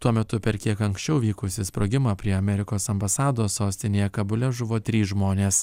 tuo metu per kiek anksčiau vykusį sprogimą prie amerikos ambasados sostinėje kabule žuvo trys žmonės